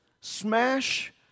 smash